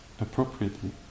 appropriately